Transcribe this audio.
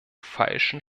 falschen